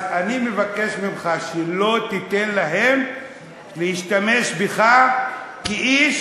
אז אני מבקש ממך שלא תיתן להם להשתמש בך כאיש